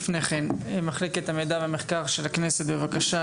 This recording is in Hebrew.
מחלקת המידע והמחקר של הכנסת, בבקשה.